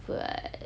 but